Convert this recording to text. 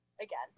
again